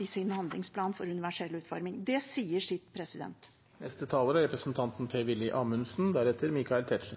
i sin handlingsplan for universell utforming har fjernet fristene for når samfunnet skal være universelt